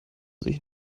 sich